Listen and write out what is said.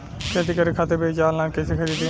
खेती करे खातिर बीज ऑनलाइन कइसे खरीदी?